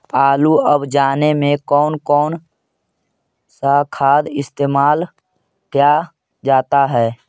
आलू अब जाने में कौन कौन सा खाद इस्तेमाल क्या जाता है?